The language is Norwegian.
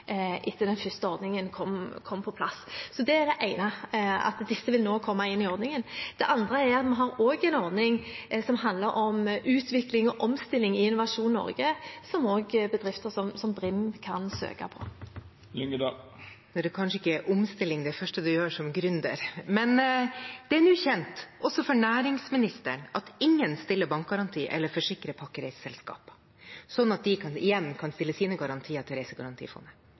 etter den første ordningen kom på plass. Så det er det ene – at disse nå vil komme inn i ordningen. Det andre er at vi i Innovasjon Norge har en ordning som handler om utvikling og omstilling, som også bedrifter som Brim kan søke på. Nå er kanskje ikke omstilling det første man gjør som gründer. Men det er nå kjent, også for næringsministeren, at ingen stiller bankgaranti eller forsikrer pakkereiseselskapene, slik at de igjen kan stille sine garantier til Reisegarantifondet.